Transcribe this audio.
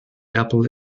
apple